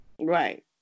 right